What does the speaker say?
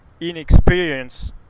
inexperience